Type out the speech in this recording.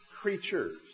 creatures